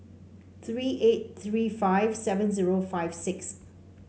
three eight three five seven zero five six